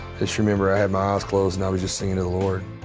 just remember i had my eyes closed and i was just singing to the lord.